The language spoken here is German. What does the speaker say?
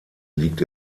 liegt